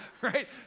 Right